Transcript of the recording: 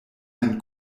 ein